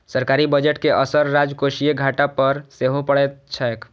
सरकारी बजट के असर राजकोषीय घाटा पर सेहो पड़ैत छैक